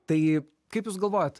tai kaip jūs galvojat